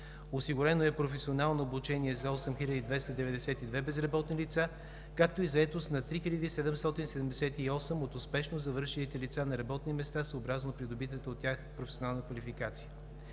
Осигурено е професионално обучение за 8292 безработни лица, както и заетост на 3778 от успешно завършилите лица на работни места, съобразно придобитата от тях професионална квалификация.